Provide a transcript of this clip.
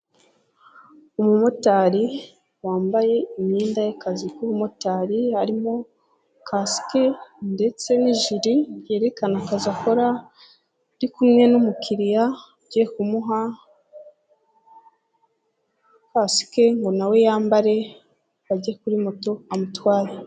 Umumotari wambaye imyenda y'akazi k'ubumotari harimo kasike ndetse n'ijiri yerekana akazi akora, ari kumwe n'umukiriya ugiye kumuha kasika ngo nawe yambare bajye kuri moto amutware.